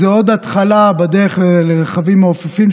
זה עוד התחלה בדרך לרכבים מעופפים,